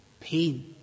pain